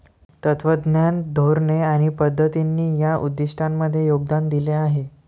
तत्त्वज्ञान, धोरणे आणि पद्धतींनी या उद्दिष्टांमध्ये योगदान दिले आहे